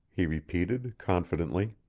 he repeated, confidently.